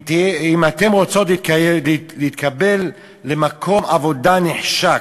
אם אתן רוצות להתקבל למקום עבודה נחשק,